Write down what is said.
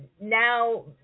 now